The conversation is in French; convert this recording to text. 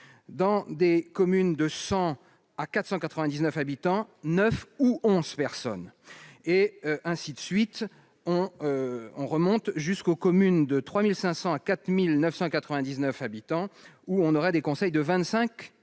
dans des communes de 100 à 499 habitants 9 ou 11 personnes et ainsi de suite, on on remonte jusqu'aux communes de 3500 à 4999 habitants où on aurait des conseils de 25 ou